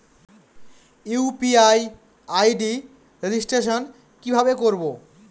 UPI ID registration কিভাবে করব?